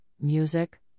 music